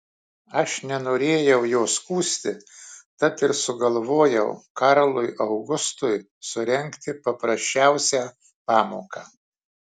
aš nenorėjau jo skųsti tad ir sugalvojau karlui augustui surengti paprasčiausią pamoką